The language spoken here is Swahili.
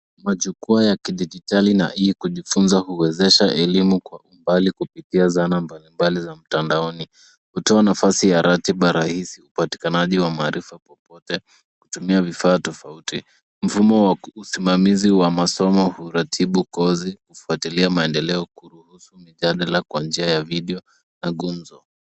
Majukwaa ya kidijitali na e kujifunza huwezesha elimu kwa umbali kupitia zana mbali mbali za mtandaoni. Hutoa nafasi ya ratiba rahisi, upatikanaji wa maarifa popote kutumia vifaa tofauti. Mfumo wa kusimamizi wa masomo huratibu kozi , kufuatilia maendeleo, kuruhusu mijadala kwa njia ya video na gumzo.